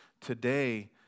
today